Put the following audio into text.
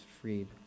freed